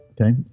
Okay